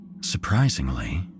Surprisingly